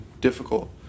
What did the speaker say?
difficult